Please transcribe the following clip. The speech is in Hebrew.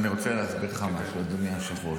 אני רוצה להסביר לך משהו, אדוני היושב-ראש.